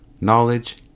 knowledge